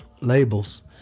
labels